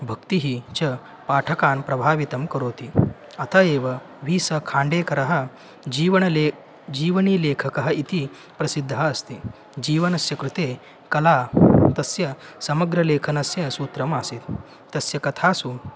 भक्तिः च पाठकान् प्रभावितं करोति अत एव वीसखाण्डेकरः जीवनं जीवनीलेखकः इति प्रसिद्धः अस्ति जीवनस्य कृते कला तस्य समग्रलेखनस्य सूत्रम् आसीत् तस्य कथासु